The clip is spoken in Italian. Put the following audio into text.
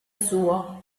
suo